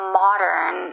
modern